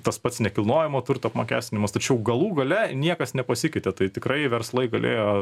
tas pats nekilnojamo turto apmokestinimas tačiau galų gale niekas nepasikeitė tai tikrai verslai galėjo